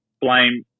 blame